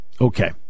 Okay